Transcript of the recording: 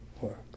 work